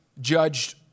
judged